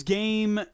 game